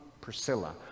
priscilla